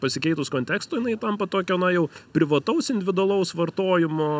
pasikeitus kontekstui jinai tampa tokio na jau privataus individualaus vartojimo